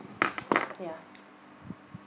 yeah